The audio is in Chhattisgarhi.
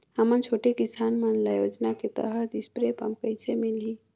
हमन छोटे किसान मन ल योजना के तहत स्प्रे पम्प कइसे मिलही?